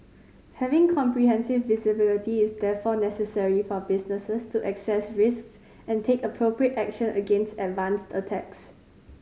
having comprehensive visibility is therefore necessary for businesses to assess risks and take appropriate action against advanced attacks